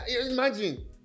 Imagine